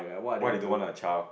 why they don't want a child